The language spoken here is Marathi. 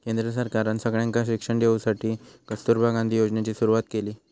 केंद्र सरकारना सगळ्यांका शिक्षण देवसाठी कस्तूरबा गांधी योजनेची सुरवात केली